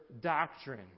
doctrine